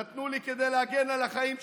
נתנו לי כדי להגן על החיים שלי,